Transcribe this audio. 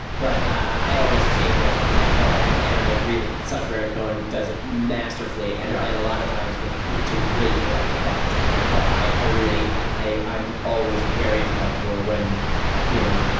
but i always chafe at like and and i agree that sacha baron cohen does it masterfully and and a lot of times with to great effect but i i really i i'm always very uncomfortable when you know